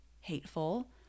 hateful